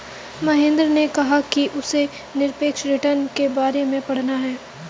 महेंद्र ने कहा कि उसे निरपेक्ष रिटर्न के बारे में पढ़ना है